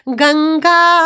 Ganga